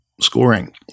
scoring